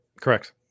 correct